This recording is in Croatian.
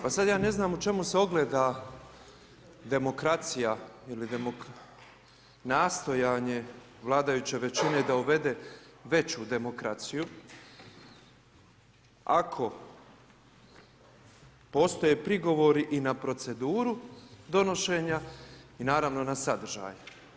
Pa sada ja ne znam u čemu se odgleda demokracija ili nastojanje vladajuće većine da uvede veću demokraciju ako postoje prigovori i na proceduru donošenja i naravno na sadržaj.